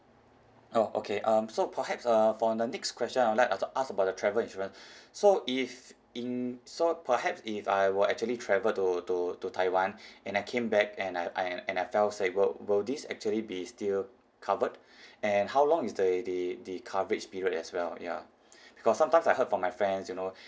oh okay um so perhaps uh for the next question I would like uh to ask about the travel insurance so if in so perhaps if I were actually travel to to to taiwan and I came back and I I and I fell sick will will this actually be still covered and how long is the the the coverage period as well ya because sometimes I heard from my friends you know